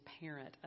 parent